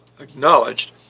acknowledged